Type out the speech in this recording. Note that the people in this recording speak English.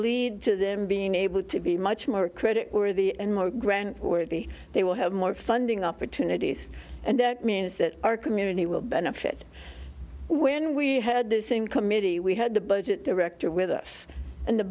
lead to them being able to be much more credit worthy and more grant where the they will have more funding opportunities and that means that our community will benefit when we had the same committee we had the budget director with us and the